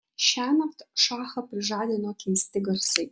šiąnakt šachą prižadino keisti garsai